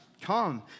Come